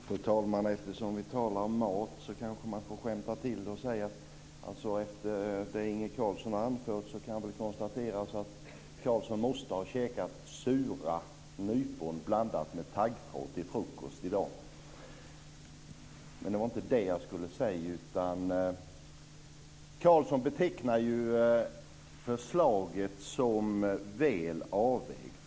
Fru talman! Eftersom vi talar om mat kanske man får skämta till det och säga att efter det som Inge Carlsson har anfört kan det konstateras att Carlsson måste ha käkat sura nypon blandat med taggtråd till frukost i dag. Men det var inte det jag skulle säga. Carlsson betecknar ju förslaget som väl avvägt.